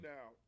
Now